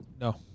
No